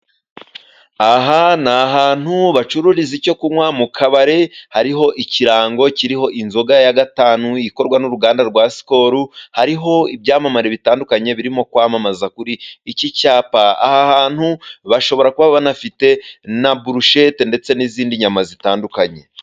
Aha ni ahantu bacururiza icyo kunywa mu kabare, hariho ikirango kiriho inzoga ya gatanu ikorwa n'uruganda rwa sikolo, hariho ibyamamare bitandukanye birimo kwamamaza, kuri iki cyapa aha hantu bashobora kuba banafite na burushete ndetse n'izindi nyama zitandukanye.